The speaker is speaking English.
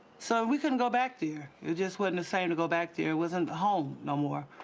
so, we couldn't go back there. it just wasn't the same to go back there. it wasn't home, no more.